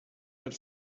and